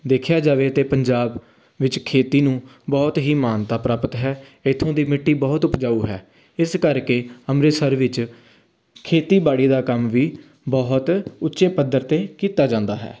ਦੇਖਿਆ ਜਾਵੇ ਤਾਂ ਪੰਜਾਬ ਵਿੱਚ ਖੇਤੀ ਨੂੰ ਬਹੁਤ ਹੀ ਮਾਨਤਾ ਪ੍ਰਾਪਤ ਹੈ ਇੱਥੋਂ ਦੀ ਮਿੱਟੀ ਬਹੁਤ ਉਪਜਾਊ ਹੈ ਇਸ ਕਰਕੇ ਅੰਮ੍ਰਿਤਸਰ ਵਿੱਚ ਖੇਤੀਬਾੜੀ ਦਾ ਕੰਮ ਵੀ ਬਹੁਤ ਉੱਚੇ ਪੱਧਰ 'ਤੇ ਕੀਤਾ ਜਾਂਦਾ ਹੈ